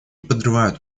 подрывают